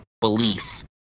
belief